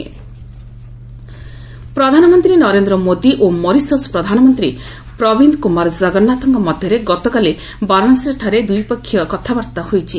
PM Mauritius ପ୍ରଧାନମନ୍ତ୍ରୀ ନରେନ୍ଦ୍ର ମୋଦି ଓ Mauritius ପ୍ରଧାନମନ୍ତ୍ରୀ ପ୍ରବୀନ୍ଦ୍ କୁମାର ଜଗନ୍ନାଥଙ୍କ ମଧ୍ୟରେ ଗତକାଲି ବାରଶାସୀଠାରେ ଦ୍ୱିପକ୍ଷୀୟ କଥାବାର୍ତ୍ତା ହୋଇଛି